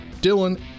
Dylan